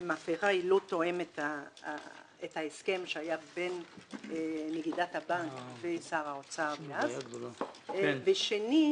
היא לא תואמת את ההסכם שהיה בין נגידת הבנק ושר האוצר דאז ושנית,